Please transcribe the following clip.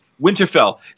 Winterfell